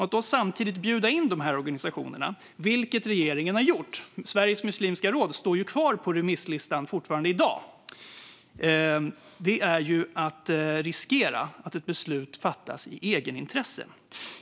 Att då samtidigt bjuda in sådana organisationer, vilket regeringen har gjort - i dag står ju Sveriges muslimska råd fortfarande kvar på remisslistan - innebär att man riskerar att beslut fattas i egenintresse.